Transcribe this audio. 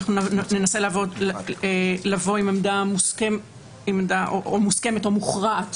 אנחנו ננסה לבוא עם עמדה או מוסכמת או מוכרעת